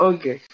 Okay